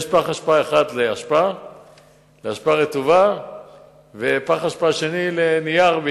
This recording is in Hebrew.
פח אשפה אחד לאשפה רטובה ופח אשפה אחר לנייר.